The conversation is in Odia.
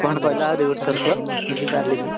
କ'ଣ କହିଲ ଆହୁରି ଗୋଟେ ଥର କୁହ ବୁଝିପାରିଲି ନାହିଁ